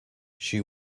she